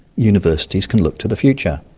universities can look to the future.